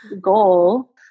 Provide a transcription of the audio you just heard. goal